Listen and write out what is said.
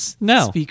No